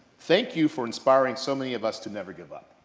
thank you for inspiring so many of us to never give up.